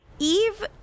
Eve